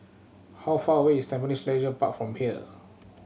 how far away is Tampines Leisure Park from here